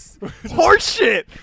horseshit